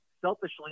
Selfishly